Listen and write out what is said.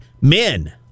men